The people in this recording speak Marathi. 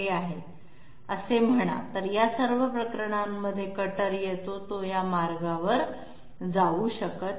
हे किंवा हे असे म्हणा तर या सर्व प्रकरणांमध्ये कटर येतो तो या मार्गावर जाऊ शकत नाही